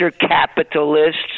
capitalists